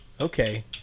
okay